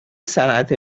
صنعت